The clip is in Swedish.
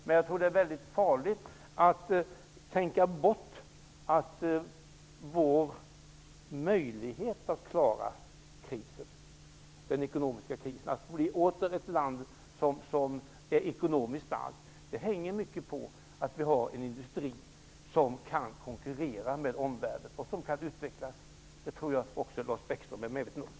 Men jag tror att det är väldigt farligt att tänka bort vår möjlighet att klara den ekonomiska krisen och åter bli ett land som är ekonomiskt starkt. Det hänger mycket på att vi har en industri som kan konkurrera med omvärlden och som kan utvecklas. Det tror jag också Lars Bäckström är medveten om.